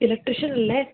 electrician അല്ലെ